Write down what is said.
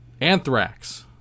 Anthrax